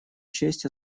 честь